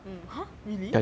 mm !huh! really